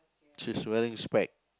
she's wearing spec